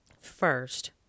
first